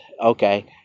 okay